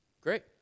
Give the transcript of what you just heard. Great